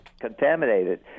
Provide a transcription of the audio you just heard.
contaminated